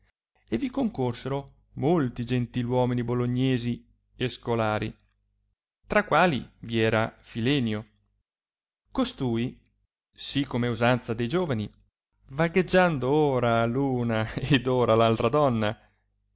e vi concorsero molti gentiluomini bolognesi e scolari tra quali vi era filenio costui sì come è usanza de giovani vagheggiando ora l una ed ora l altra donna